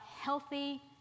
healthy